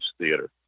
Theater